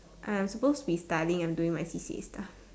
I'm supposed to be studying I'm doing my C_C_A stuff